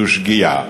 זו שגיאה